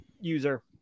user